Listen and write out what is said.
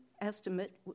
estimate